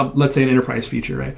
ah let's say, an enterprise feature.